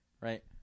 right